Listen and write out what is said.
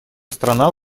страна